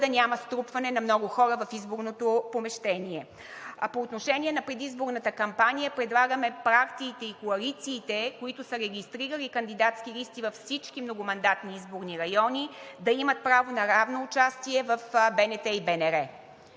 да няма струпване на много хора в изборното помещение. А по отношение на предизборната кампания предлагаме партиите и коалициите, които са регистрирали кандидатски листи във всички многомандатни изборни райони, да имат право на равно участие в БНТ и БНР.